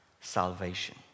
Salvation